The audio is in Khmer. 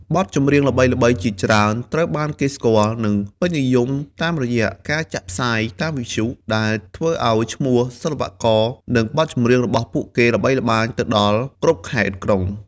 បទចម្រៀងល្បីៗជាច្រើនត្រូវបានគេស្គាល់ និងពេញនិយមតាមរយៈការចាក់ផ្សាយតាមវិទ្យុ ដែលធ្វើឲ្យឈ្មោះសិល្បករ និងបទចម្រៀងរបស់ពួកគេល្បីល្បាញទៅដល់គ្រប់ខេត្តក្រុង។